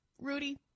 Rudy